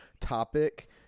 topic